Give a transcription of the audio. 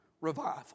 revival